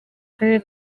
karere